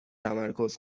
تمرکز